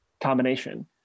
combination